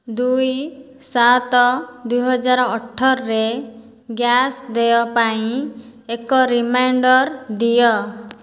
ଦୁଇ ସାତ ଦୁଇହଜାର ଅଠରରେ ଗ୍ୟାସ୍ ଦେୟ ପାଇଁ ଏକ ରିମାଇଣ୍ଡର୍ ଦିଅ